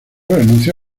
renunció